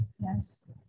Yes